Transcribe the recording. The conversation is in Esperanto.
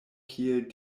kiel